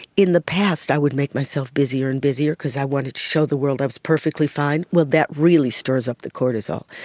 in the past i would make myself busier and busier because i wanted to show the world i was perfectly fine. well, that really stirs up the cortisol.